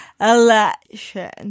election